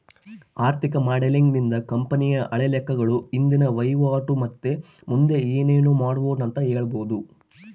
ಆರ್ಥಿಕ ಮಾಡೆಲಿಂಗ್ ನಿಂದ ಕಂಪನಿಯ ಹಳೆ ಲೆಕ್ಕಗಳು, ಇಂದಿನ ವಹಿವಾಟು ಮತ್ತೆ ಮುಂದೆ ಏನೆನು ಮಾಡಬೊದು ಅಂತ ಹೇಳಬೊದು